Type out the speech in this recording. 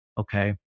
Okay